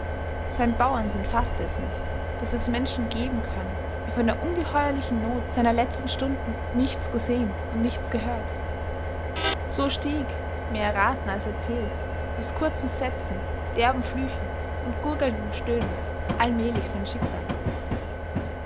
sein bauernsinn faßte es nicht daß es menschen geben könne die von der ungeheuerlichen not seiner letzten stunden nichts gesehen und nichts gehört so stieg mehr erraten als erzählt aus kurzen sätzen derben flüchen und gurgelndem stöhnen allmählich sein schicksal